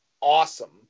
awesome